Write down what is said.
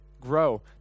grow